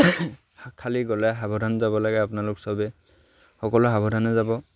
খালী গ'লে সাৱধানে যাব লাগে আপোনালোক চবেই সকলো সাৱধানে যাব